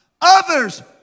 Others